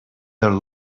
their